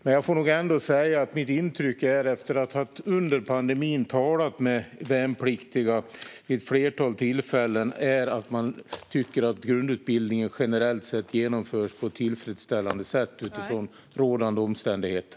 Men jag får ändå säga att mitt intryck är, efter att jag under pandemin ha talat med värnpliktiga vid ett flertal tillfällen, att de värnpliktiga tycker att grundutbildningen generellt sett genomförs på ett tillfredsställande sätt utifrån rådande omständigheter.